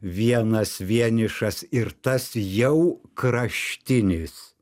vienas vienišas ir tas jau kraštinis